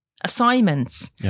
assignments